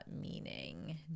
meaning